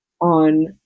on